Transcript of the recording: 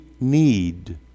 need